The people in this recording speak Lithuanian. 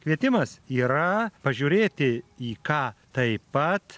kvietimas yra pažiūrėti į ką taip pat